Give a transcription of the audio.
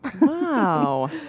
Wow